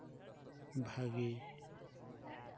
ᱵᱷᱟᱜᱮ